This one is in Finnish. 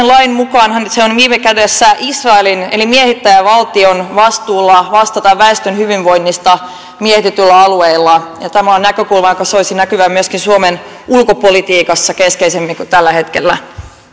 lain mukaanhan se on viime kädessä israelin eli miehittäjävaltion vastuulla vastata väestön hyvinvoinnista miehitetyillä alueilla tämä on näkökulma jonka soisi näkyvän myöskin suomen ulkopolitiikassa keskeisemmin kuin tällä hetkellä